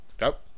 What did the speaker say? Nope